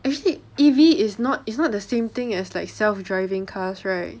actually E_V is not is not the same thing as like self driving cars right